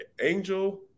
Angel